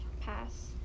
Pass